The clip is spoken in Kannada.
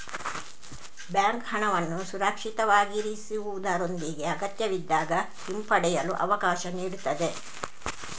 ಬ್ಯಾಂಕ್ ಹಣವನ್ನು ಸುರಕ್ಷಿತವಾಗಿರಿಸುವುದರೊಂದಿಗೆ ಅಗತ್ಯವಿದ್ದಾಗ ಹಿಂಪಡೆಯಲು ಅವಕಾಶ ನೀಡುತ್ತದೆ